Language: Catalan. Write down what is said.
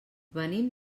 venim